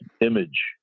image